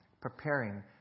preparing